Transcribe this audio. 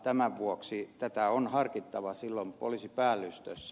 tämän vuoksi tätä on harkittava silloin poliisipäällystössä